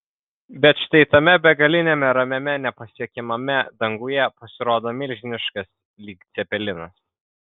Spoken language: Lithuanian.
bet štai tame begaliniame ramiame nepasiekiamame danguje pasirodo milžiniškas lyg cepelinas